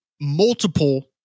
multiple